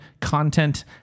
content